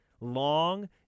Long